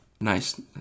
nice